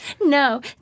No